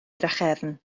drachefn